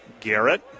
Garrett